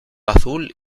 azul